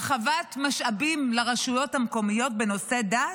הרחבת משאבים לרשויות המקומיות בנושא דת?